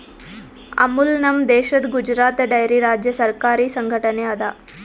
ಅಮುಲ್ ನಮ್ ದೇಶದ್ ಗುಜರಾತ್ ಡೈರಿ ರಾಜ್ಯ ಸರಕಾರಿ ಸಂಘಟನೆ ಅದಾ